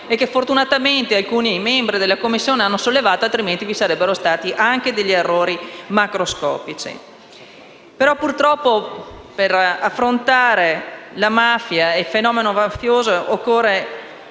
e che fortunatamente alcuni membri della Commissione hanno sollevato, altrimenti ci sarebbero stati anche degli errori macroscopici. Purtroppo, però, per affrontare la mafia occorrono decisione